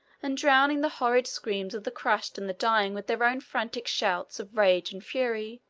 and drowning the horrid screams of the crushed and the dying with their own frantic shouts of rage and fury,